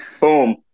boom